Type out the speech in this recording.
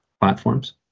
platforms